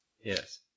Yes